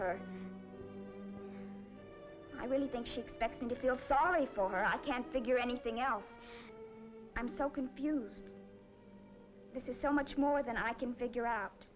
her i really think she expects me to feel sorry for her i can't figure anything else i'm so confused this is so much more than i can figure out